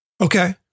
Okay